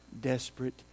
desperate